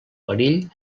perill